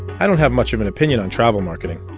i don't have much of an opinion on travel marketing,